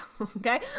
okay